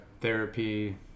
therapy